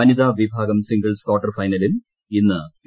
വനിതാവിഭാഗം singles quarter ഫൈനലിൽ ഇന്ന് P